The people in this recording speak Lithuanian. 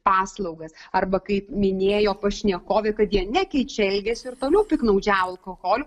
paslaugas arba kaip minėjo pašnekovė kad jie nekeičia elgesio ir toliau piktnaudžiauja alkoholiu